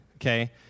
Okay